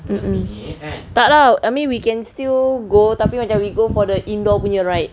mm mm tak lah I mean we can still go tapi we go for the indoor punya ride